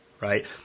right